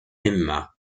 emma